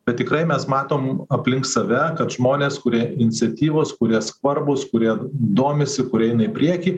bet tikrai mes matom aplink save kad žmonės kurie iniciatyvos kurie svarbūs kurie domisi kurie eina į priekį